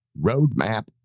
roadmap